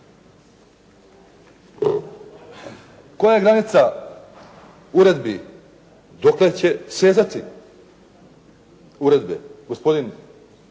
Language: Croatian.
Koja je granica uredbi, dokle će sezati uredbe. Gospodin